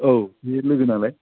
औ बे लोगोनालाय